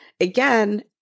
again